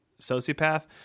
sociopath